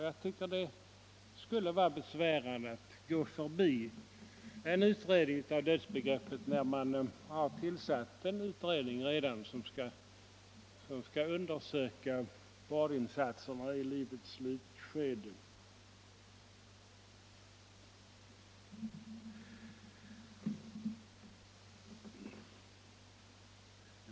Jag tycker det skulle vara besvärande att gå förbi en utredning av dödsbegreppet när man redan har tillsatt en utredning som skall undersöka vårdinsatserna i livets slutskede.